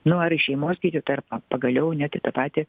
nu ar į šeimos gydytoją ar pagaliau net į tą patį